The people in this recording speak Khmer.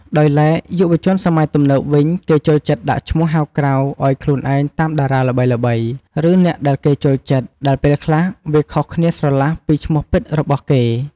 ដោយឡែក យុវជនសម័យទំនើបវិញ គេចូលចិត្តដាក់ឈ្មោះហៅក្រៅឱ្យខ្លួនឯងតាមតារាល្បីៗ ឬ អ្នកដែលគេចូលចិត្ត ដែលពេលខ្លះវាខុសគ្នាស្រឡះពីឈ្មោះពិតរបស់គេ។